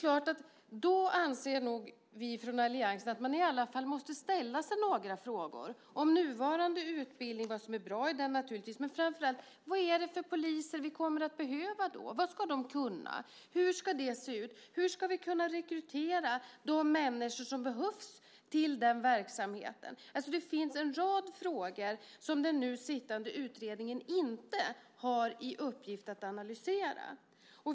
Och då anser vi från alliansen att man i alla fall måste ställa sig några frågor om nuvarande utbildning: vad som är bra i den, naturligtvis, men framför allt vad det är för poliser vi kommer att behöva då. Vad ska de kunna? Hur ska det se ut? Hur ska vi kunna rekrytera de människor som behövs till den verksamheten? Det finns en rad frågor som den nu sittande utredningen inte har i uppgift att analysera.